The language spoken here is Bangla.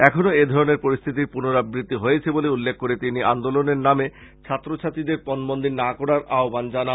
এখনো এধরনের পরিস্থিতির পুনরাবৃত্তি হয়েছে বলে উল্লেখ করে তিনি আন্দোলনের নামে ছাত্র ছাত্রীদের পনবন্দি না করার আহবান জানান